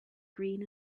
green